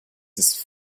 ist